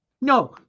No